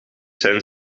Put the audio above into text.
zijn